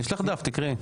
יש לך דף, תקראי.